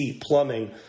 plumbing